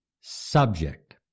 subject